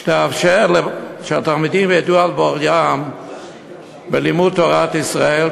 שיאפשר שהתלמידים ידעו על בוריים לימודי תורת ישראל,